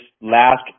last